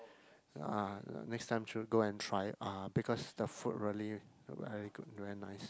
uh next time should go and try uh because the food really very good very nice